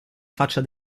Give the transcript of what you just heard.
faccia